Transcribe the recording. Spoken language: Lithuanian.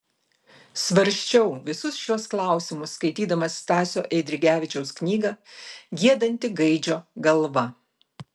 svarsčiau visus šiuos klausimus skaitydamas stasio eidrigevičiaus knygą giedanti gaidžio galva